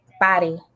body